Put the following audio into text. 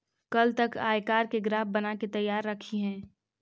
कल तक आयकर के ग्राफ बनाके तैयार रखिहें